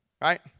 right